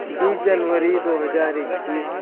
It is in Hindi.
बीस जनवरी दो हज़ार इक्किस